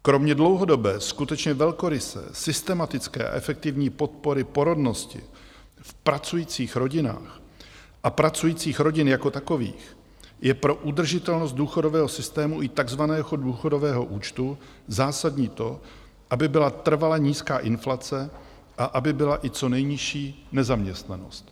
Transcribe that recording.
Kromě dlouhodobé, skutečně velkoryse systematické a efektivní podpory porodnosti v pracujících rodinách a pracujících rodin jako takových je pro udržitelnost důchodového systému i takzvaného důchodového účtu zásadní to, aby byla trvale nízká inflace a aby byla i co nejnižší nezaměstnanost.